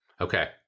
Okay